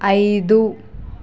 ఐదు